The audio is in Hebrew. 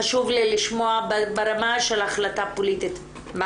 חשוב לי לשמוע ברמה של החלטה פוליטית מה